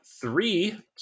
three